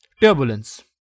turbulence